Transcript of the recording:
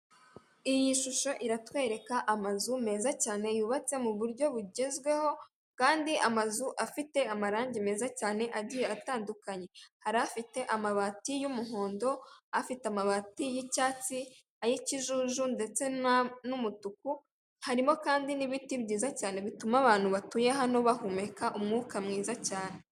Iyi shusho iratwereka amazu meza cyane yubatse muburyo bugezweho kandi amazu afite amarangi meza cyane agiye atandukanye hari afite amabati y'umuhondo, afite amabati y'icyatsi, ay'ikijuju ndetse n'umutuku harimo kandi n'ibiti byiza cyane bituma abantu batuye hano bahumeka umwuka mwiza cyane.